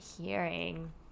hearing